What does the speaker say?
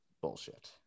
bullshit